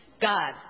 God